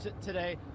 today